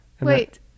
Wait